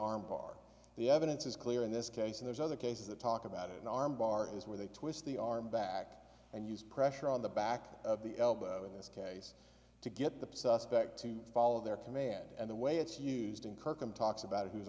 bar the evidence is clear in this case and there's other cases that talk about it an arm bar is where they twist the arm back and use pressure on the back of the elbow in this case to get the suspect to follow their command and the way it's used in kirkham talks about who's